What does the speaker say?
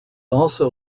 also